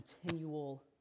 continual